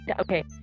okay